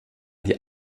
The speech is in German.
die